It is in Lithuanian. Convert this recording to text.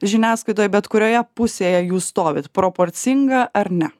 žiniasklaidoj bet kurioje pusėje jūs stovit proporcinga ar ne